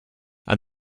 and